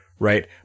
Right